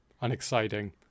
unexciting